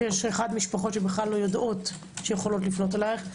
יש משפחות שלא יודעות שיכולות לפנות אליך,